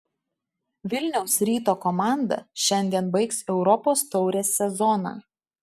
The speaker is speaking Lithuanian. vilniaus ryto komanda šiandien baigs europos taurės sezoną